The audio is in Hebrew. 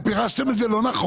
אם פירשתם את זה לא נכון,